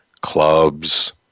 clubs